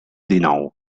dènou